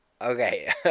Okay